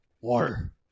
Water